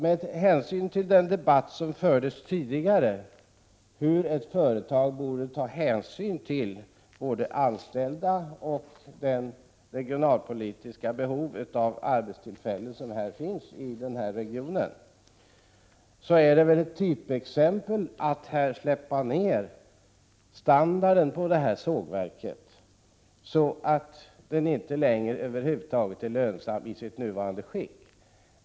Med hänsyn till den debatt som tidigare fördes om hur ett företag borde ta hänsyn både till de anställda och till de regionalpolitiska behov av arbetstillfällen som finns i ett visst område, är det väl ett typexempel att man här sänker standarden på sågverket så att det över huvud taget inte längre är lönsamt i sitt nuvarande skick.